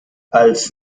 als